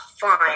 fine